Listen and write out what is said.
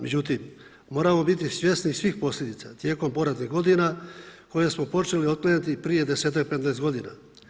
Međutim, moramo biti svjesni svih posljedica tijekom poratnih godina koje smo počeli otklanjati prije 10-ak, 15-ak godina.